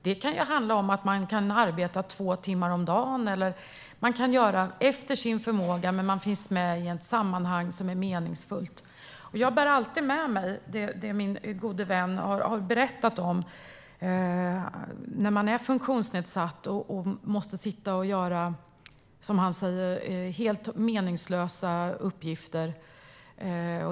Det kan handla om att man kan arbeta två timmar om dagen utifrån sin förmåga, men man finns med i ett sammanhang som är meningsfullt. Jag bär alltid med mig det som min gode vän har berättat om hur det är när man är funktionsnedsatt och måste sitta och göra, som han säger, helt meningslösa uppgifter.